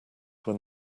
when